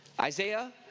Isaiah